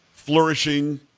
flourishing